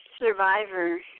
survivor